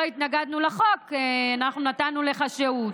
לא התנגדנו לחוק, אנחנו נתנו לך שהות.